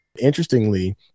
interestingly